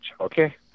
okay